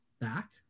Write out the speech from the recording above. back